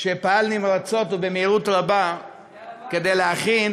שפעל נמרצות ובמהירות רבה כדי להכין